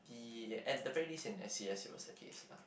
the at the very least in N_C_S it was the case lah